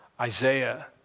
Isaiah